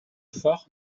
phare